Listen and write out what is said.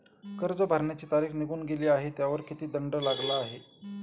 कर्ज भरण्याची तारीख निघून गेली आहे त्यावर किती दंड लागला आहे?